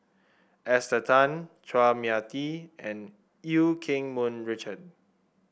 Esther Tan Chua Mia Tee and Eu Keng Mun Richard